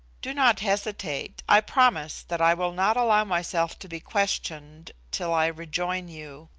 do not hesitate. i promise that i will not allow myself to be questioned till i rejoin you.